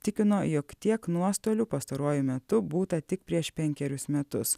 tikino jog tiek nuostolių pastaruoju metu būta tik prieš penkerius metus